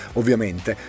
ovviamente